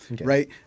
right